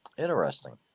Interesting